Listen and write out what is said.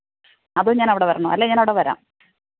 അതോ ഞാൻ അവിടെ വരണോ അല്ലെങ്കിൽ ഞാനവിടെ വരാം